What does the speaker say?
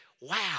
wow